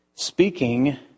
speaking